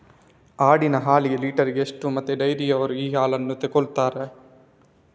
ಆಡಿನ ಹಾಲಿಗೆ ಲೀಟ್ರಿಗೆ ಎಷ್ಟು ಮತ್ತೆ ಡೈರಿಯವ್ರರು ಈ ಹಾಲನ್ನ ತೆಕೊಳ್ತಾರೆ?